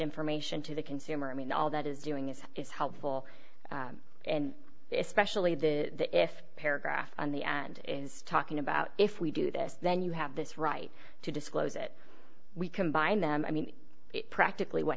information to the consumer i mean all that is doing it is helpful and especially the if paragraph on the end is talking about if we do this then you have this right to disclose it we combined them i mean practically what